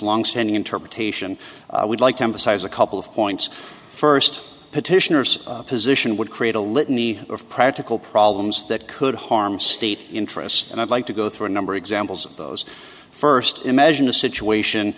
longstanding interpretation we'd like to emphasize a couple of points first petitioners position would create a litany of practical problems that could harm state interests and i'd like to go through a number examples of those first imagine a situation